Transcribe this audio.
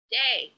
day